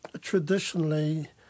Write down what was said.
traditionally